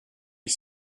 ich